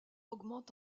augmente